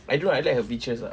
I know I like her features ah